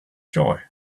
joy